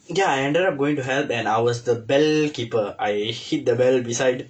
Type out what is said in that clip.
ya I ended up going to help and I was the bell keeper I hit the bell beside